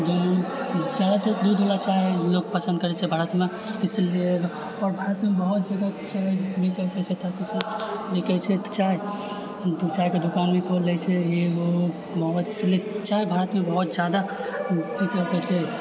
जादातर दूधबाला चाय लोग पसन्द करैत छै भारतमे इसीलिए आओर भारतमे बहुत जगह चाय चायके दुकान भी खोलि लै छै ई ओ चाय भारतमे बहुत जादा